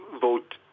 vote